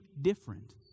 different